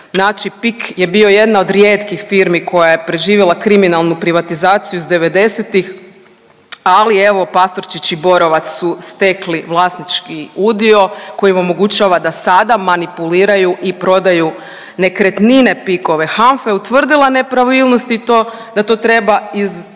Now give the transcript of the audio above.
znači PIK je bio jedna od rijetkih firmi koja je preživjela kriminalnu privatizaciju iz devedesetih, ali evo Pastorčić i Borovac su stekli vlasnički udio koji im omogućava da sada manipuliraju i prodaju nekretnine PIK-ove. HANFA je utvrdila nepravilnosti i to da to treba